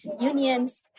Unions